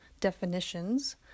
definitions